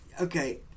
Okay